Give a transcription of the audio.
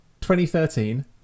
2013